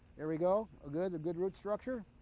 there we go. ah good, a good root structure.